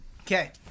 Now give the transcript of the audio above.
Okay